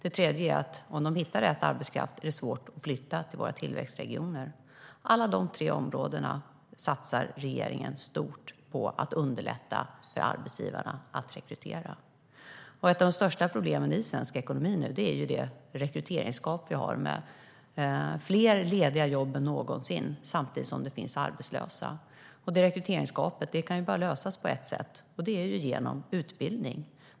En tredje är att om de hittar rätt arbetskraft är det svårt för dem att flytta till våra tillväxtregioner. På alla de tre områdena satsar regeringen stort för att underlätta för arbetsgivarna att rekrytera. Ett av de största problemen i svensk ekonomi är rekryteringsgapet med fler lediga jobb än någonsin samtidigt som det finns arbetslösa. Rekryteringsgapet kan lösas på bara ett sätt, nämligen genom utbildning.